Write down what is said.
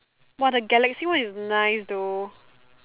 !wah! the Galaxy one is nice though